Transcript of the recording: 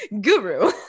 guru